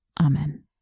amen